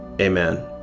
amen